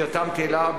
נרתמתי אליו,